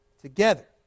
together